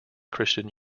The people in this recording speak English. christian